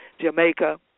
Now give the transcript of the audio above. Jamaica